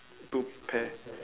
two pair